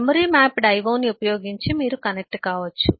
memory mapped I O memory mapped IOని ఉపయోగించి మీరు కనెక్ట్ కావచ్చు